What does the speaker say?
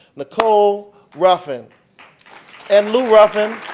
nicole ruffin and lou ruffin.